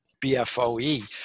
BFOE